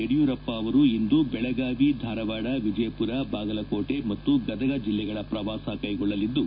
ಯಡಿಯೂರಪ್ಪ ಅವರು ಇಂದು ಬೆಳಗಾವಿ ಧಾರವಾಡ ವಿಜಯಪುರ ಬಾಗಲಕೋಟೆ ಮತ್ತು ಗದಗ ಜಿಲ್ಲೆಗಳ ಪ್ರವಾಸ ಕೈಗೊಳ್ಳಲಿದ್ದು